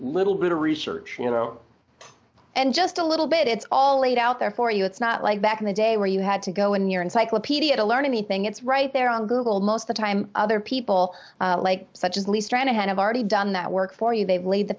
little bit of research you know and just a little bit it's all laid out there for you it's not like back in the day where you had to go in your encyclopedia to learn anything it's right there on google most the time other people like such as least ran ahead of already done that work for you they've laid the